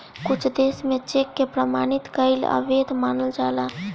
कुछ देस में चेक के प्रमाणित कईल अवैध मानल जाला